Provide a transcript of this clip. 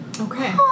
Okay